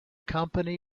company